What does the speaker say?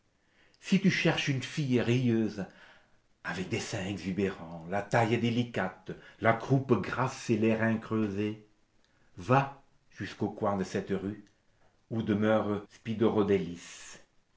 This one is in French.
si tu cherches une fille rieuse avec des seins exubérants la taille délicate la croupe grasse et les reins creusés va jusqu'au coin de cette rue où demeure